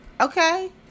Okay